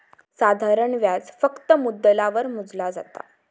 साधारण व्याज फक्त मुद्दलावर मोजला जाता